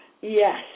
Yes